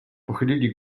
pochylili